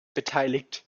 beteiligt